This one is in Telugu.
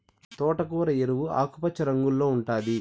తోటకూర ఎరుపు, ఆకుపచ్చ రంగుల్లో ఉంటాది